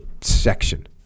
section